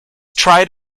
tried